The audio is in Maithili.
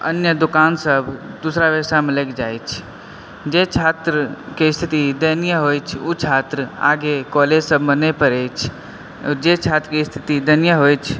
अन्य दुकान सब दूसरा बेबस्थामे लागि जैत अछि जे छात्रके स्थिति दयनीय होइ अछि ओ छात्र आगे कॉलेज सबमे नहि पढ़ै अछि जे छात्रके स्थिति दयनीय होइ अछि